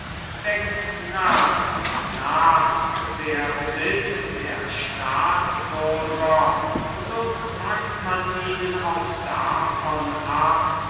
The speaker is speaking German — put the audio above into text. wächst nach und nach der besitz der staatsbürger so zwackt man ihnen auch davon ab